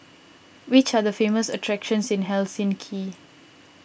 which are the famous attractions in Helsinki